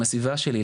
עם הסביבה שלי.